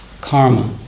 karma